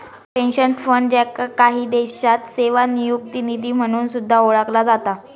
pension fund, ज्याका काही देशांत सेवानिवृत्ती निधी म्हणून सुद्धा ओळखला जाता